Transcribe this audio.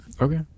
okay